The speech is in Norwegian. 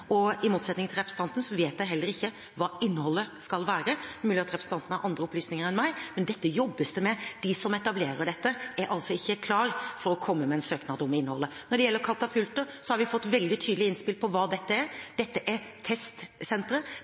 og i motsetning til representanten vet jeg heller ikke hva innholdet skal være – det er mulig at representanten har andre opplysninger enn meg. Men dette jobbes det med. De som etablerer dette, er altså ikke klare for å komme med en søknad om innholdet. Når det gjelder katapulter, har vi fått veldig tydelige innspill på hva dette er. Dette er